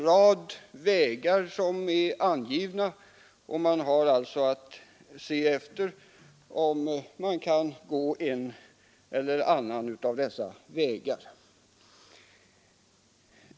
Man har angivit en rad vägar för detta arbete.